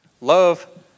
Love